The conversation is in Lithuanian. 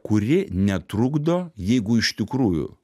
kuri netrukdo jeigu iš tikrųjų